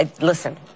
listen